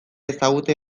ezagutzen